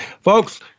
Folks